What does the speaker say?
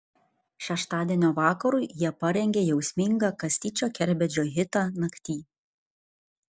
šeštadienio vakarui jie parengė jausmingą kastyčio kerbedžio hitą nakty